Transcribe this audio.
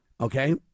Okay